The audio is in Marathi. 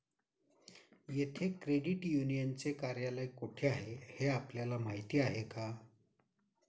येथे क्रेडिट युनियनचे कार्यालय कोठे आहे हे आपल्याला माहित आहे का?